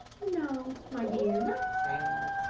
no, my dear, not sad.